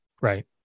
Right